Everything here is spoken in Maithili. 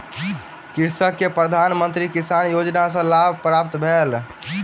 कृषक के प्रधान मंत्री किसान योजना सॅ लाभ प्राप्त भेल